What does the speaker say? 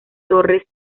torres